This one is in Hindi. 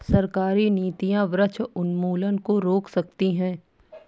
सरकारी नीतियां वृक्ष उन्मूलन को रोक सकती है